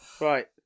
Right